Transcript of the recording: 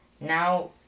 Now